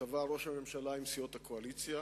שטווה ראש הממשלה עם סיעות הקואליציה,